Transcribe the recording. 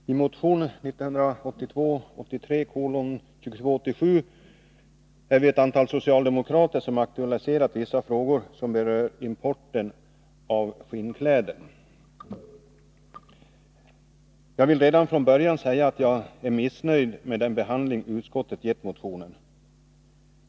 Herr talman! I motion 1982/83:2287 har ett antal socialdemokrater aktualiserat vissa frågor som berör importen av skinnkläder. Jag vill redan från början säga, att jag är missnöjd med den behandling näringsutskottet har gett motionen.